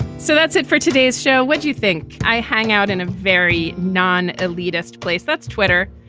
so that's it for today's show, what do you think? i hang out in a very non elitist place. that's twitter.